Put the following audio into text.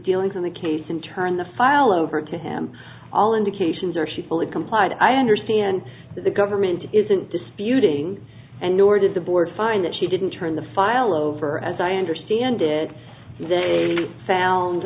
dealings in the case and turn the file over to him all indications are she fully complied i understand the government isn't disputing and nor did the board find that she didn't turn the file over as i understand it they found